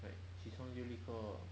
like 起床就立刻